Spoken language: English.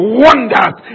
wonders